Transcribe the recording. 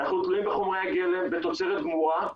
אנחנו תלויים בחומרי הגלם, בתוצרת גמורה.